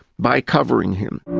by covering him.